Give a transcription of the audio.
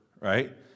right